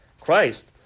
Christ